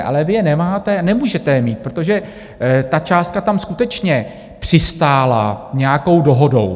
Ale vy je nemáte a nemůžete je mít, protože ta částka tam skutečně přistála nějakou dohodou.